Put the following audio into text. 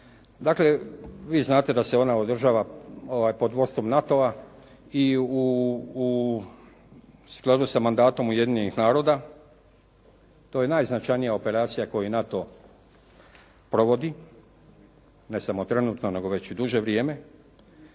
Dakle, vi znate da se ona održava pod vodstvom NATO-a i u skladu sa mandatom Ujedinjenih naroda, to je najznačajnija operacija koju NATO provodi, ne samo trenutno nego već i duže vrijeme.